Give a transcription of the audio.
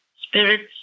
spirits